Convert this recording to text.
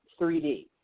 3d